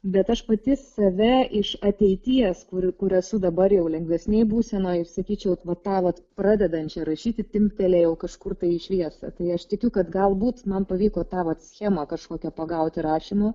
bet aš pati save iš ateities kuri kur esu dabar jau lengvesnėj būsenoj sakyčiau vat tą vat pradedančią rašyti timptelėjau kažkur tai į šviesą tai aš tikiu kad galbūt man pavyko tą vat schemą kažkokią pagaut rašymo